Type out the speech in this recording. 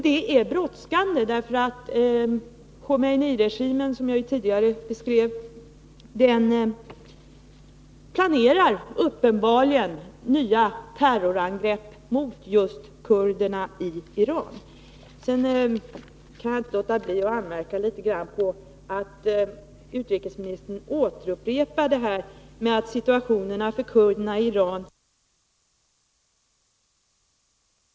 Det är brådskande, därför att Khomeiniregimen, som jag tidigare beskrev, uppenbarligen planerar nya terrorangrepp mot just kurderna i Iran. Jag kan inte låta bli att anmärka litet på att utrikesministern upprepar att situationen för kurderna i Iran under Khomeiniregimens första år känne 15 tecknades av en viss förbättring. Mycket sämre än under schahens tid trodde man faktiskt inte att det kunde bli. Men det förefaller som om det nu kommer att bli så. Där krävs alltså allt politiskt och humanitärt stöd.